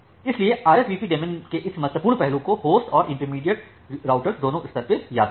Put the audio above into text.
इसलिए RSVP daemon के इस महत्वपूर्ण पहलू को होस्ट और इंटरमीडिएट रौटर्स दोनो स्तर पे याद रखें